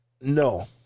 No